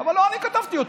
אבל לא אני כתבתי אותו.